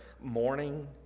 morning